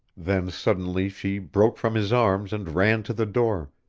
then suddenly she broke from his arms and ran to the door,